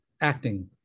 acting